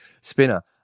spinner